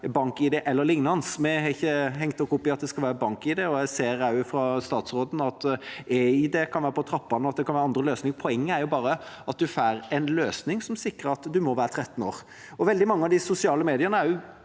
BankID e.l., men vi har ikke hengt oss opp i at det skal være BankID. Jeg ser fra statsråden at eID kan være på trappene, og at det kan være andre løsninger. Poenget er at en får en løsning som sikrer at en må være 13 år. Veldig mange av de sosiale mediene er